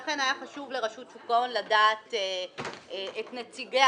לכן היה חשוב לרשות שוק ההון לדעת את נציגיה